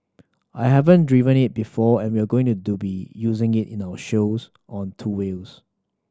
I haven't driven it before and we're going to be using it in our shows on two wheels